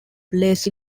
lazy